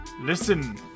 listen